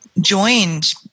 joined